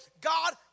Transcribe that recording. God